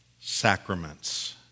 sacraments